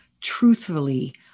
truthfully